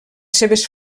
seves